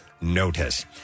notice